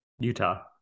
Utah